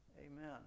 Amen